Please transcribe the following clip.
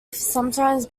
sometimes